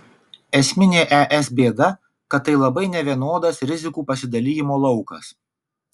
esminė es bėda kad tai labai nevienodas rizikų pasidalijimo laukas